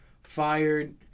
fired